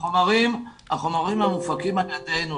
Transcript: על מניעת אפליה מגדרית,